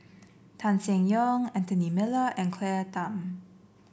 Tan Seng Yong Anthony Miller and Claire Tham